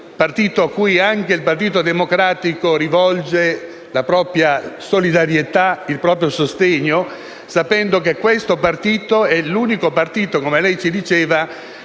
partito cui il Partito Democratico rivolge la propria solidarietà e il proprio sostegno, sapendo che è l'unico partito, come lei ci diceva,